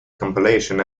compilation